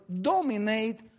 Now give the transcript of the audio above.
dominate